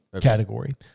category